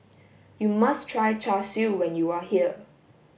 you must try char siu when you are here